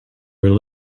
were